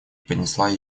поднесла